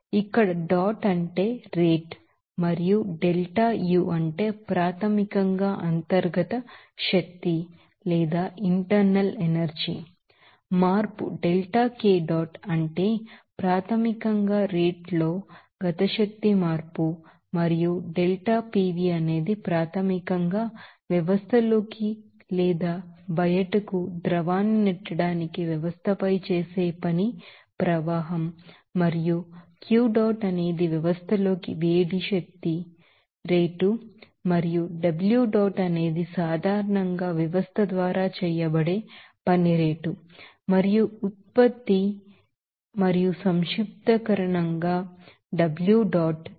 ఇక్కడ డాట్ అంటే రేటు మరియు delta U అంటే ప్రాథమికంగా internal energy change delta K dot అంటే ప్రాథమికంగా రేట్లలో కైనెటిక్ ఎనెర్జి చేంజ్ మరియు delta PV అనేది ప్రాథమికంగా వ్యవస్థలోకి లేదా బయటకు ద్రవాన్ని నెట్టడానికి వ్యవస్థపై చేసే పని ప్రవాహం మరియు Q dot అనేది వ్యవస్థలోకి హీట్ ఎనర్జీ రేట్ మరియు W dot అనేది సాధారణంగా వ్యవస్థ ద్వారా చేయబడే పని రేటు మరియు ఉత్పత్తి మరియు సంక్షిప్తీకరణగాW dot